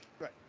Right